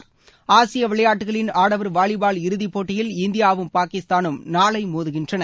தெற்காசிய விளையாட்டுக்களின் ஆடவர் வாலிபால் இறுதிப்போட்டியில் இந்தியாவும் பாகிஸ்தானும் நாளை மோதுகின்றன